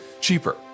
cheaper